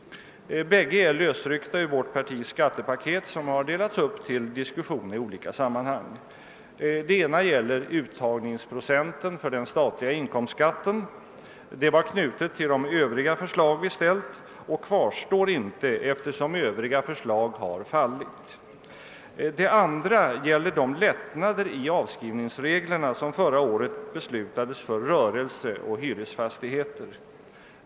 Bägge är lösryckta ur vårt partis skattepaket som delats upp till diskussion i olika sammanhang. Det ena gäller uttagningsprocenten för den statliga inkomstskatten. Det var knutet till de övriga förslag vi ställt och kvarstår inte, eftersom dessa förslag har fallit. Det andra gäller de lättnader i avskrivningsreglerna som förra året beslutades för rörelse och hyresfastigheter.